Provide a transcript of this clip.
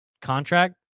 contract